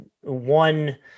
one